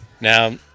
Now